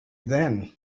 then